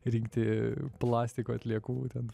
rinkti plastiko atliekų ten